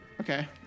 Okay